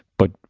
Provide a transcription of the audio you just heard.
but,